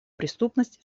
преступность